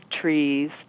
trees